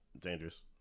dangerous